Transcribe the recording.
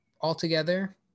Altogether